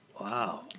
Wow